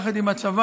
יחד עם הצבא,